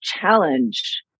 challenge